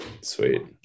Sweet